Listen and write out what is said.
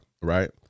right